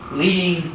leading